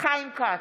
חיים כץ,